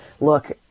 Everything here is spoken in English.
look